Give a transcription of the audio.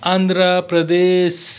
Andhra Pradesh